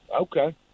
Okay